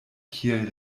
kiel